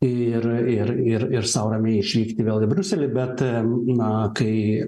ir ir ir ir sau ramiai išvykti vėl į briuselį bet na kai